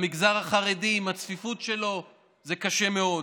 למגזר החרדי, עם הצפיפות שלו, זה קשה מאוד,